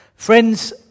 Friends